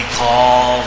call